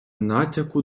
натяку